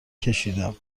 کشیدم